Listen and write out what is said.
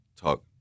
talk